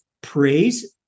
praise